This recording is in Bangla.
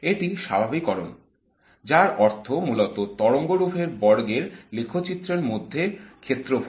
এটি স্বাভাবিককরণ যার অর্থ মূলত তরঙ্গরূপ এর বর্গের লেখচিত্রের মধ্যের ক্ষেত্রফল